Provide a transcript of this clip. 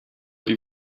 die